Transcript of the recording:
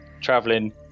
traveling